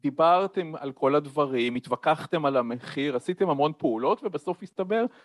דיברתם על כל הדברים, התווכחתם על המחיר, עשיתם המון פעולות ובסוף הסתבר